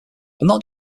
not